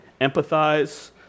empathize